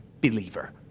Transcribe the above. believer